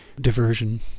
diversion